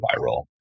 viral